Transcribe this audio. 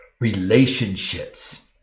relationships